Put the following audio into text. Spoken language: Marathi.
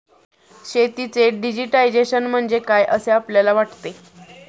शेतीचे डिजिटायझेशन म्हणजे काय असे आपल्याला वाटते?